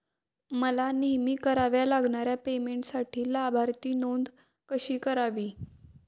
मला नेहमी कराव्या लागणाऱ्या पेमेंटसाठी लाभार्थी नोंद कशी करावी?